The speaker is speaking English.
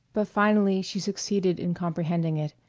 but finally she succeeded in comprehending it,